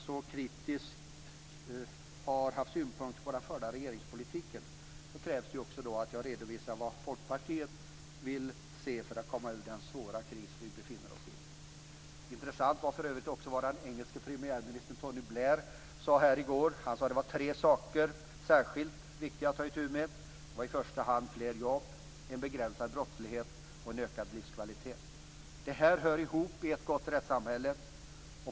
När jag nu har haft så kritiska synpunkter på den förda regeringspolitiken krävs det ju att jag också redovisar vad Folkpartiet vill se för att man skall komma ur den svåra kris som vi befinner oss i. Den engelske premiärministern Tony Blair var här i går. Det var tre saker som han särskilt nämnde som viktiga att ta itu med. Det var i första hand fler jobb, en begränsad brottslighet och en ökad livskvalitet. Dessa hör ihop i ett gott socialt rättssamhälle.